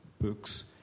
books